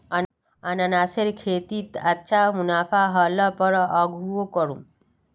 अनन्नासेर खेतीत अच्छा मुनाफा ह ल पर आघुओ करमु